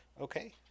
okay